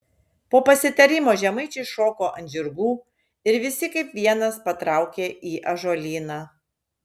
po pasitarimo žemaičiai šoko ant žirgų ir visi kaip vienas patraukė į ąžuolyną